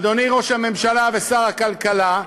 אדוני ראש הממשלה ושר הכלכלה,